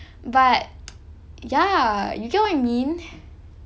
but ya you get what I mean